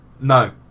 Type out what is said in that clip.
No